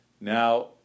Now